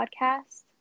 podcast